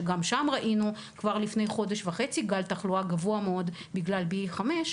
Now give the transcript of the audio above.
שגם שם ראינו כבר לפני חודש וחצי גל תחלואה גבוה מאוד בגלל ה-BA.5.